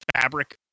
fabric